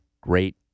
great